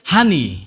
Honey